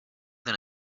than